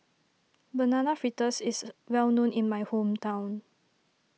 Banana Fritters is well known in my hometown